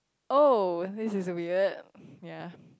oh this is a weird ya